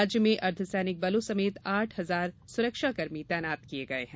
राज्य में अर्धसैनिक बलों समेत साठ हज़ार सुरक्षाकर्मी तैनात किये गये हैं